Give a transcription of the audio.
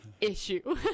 issue